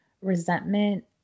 resentment